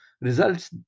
results